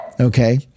Okay